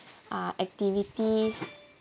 uh activities